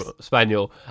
Spaniel